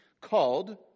called